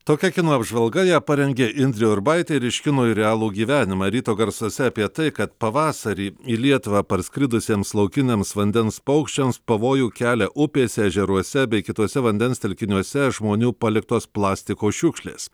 tokia kino apžvalga ją parengė indrė urbaitė ir iš kino į realų gyvenimą ryto garsuose apie tai kad pavasarį į lietuvą parskridusiems laukiniams vandens paukščiams pavojų kelia upėse ežeruose bei kituose vandens telkiniuose žmonių paliktos plastiko šiukšlės